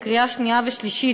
לקריאה שנייה ושלישית,